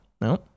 No